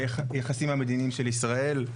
והיחסים המדיניים של ישראל.